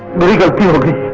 beggar here.